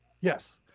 Yes